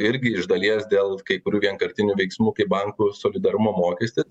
irgi iš dalies dėl kai kurių vienkartinių veiksmų kai bankų solidarumo mokestis